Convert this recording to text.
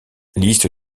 liste